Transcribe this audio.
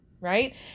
Right